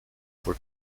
for